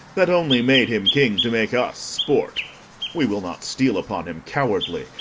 that only made him king to make us sport we will not steal upon him cowardly,